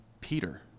Peter